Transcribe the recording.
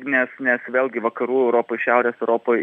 nes nes vėlgi vakarų europoj šiaurės europoj